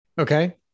Okay